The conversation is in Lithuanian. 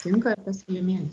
tinka ir tas kilimėlis